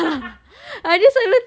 a'ah